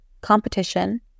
competition